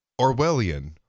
Orwellian